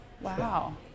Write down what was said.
Wow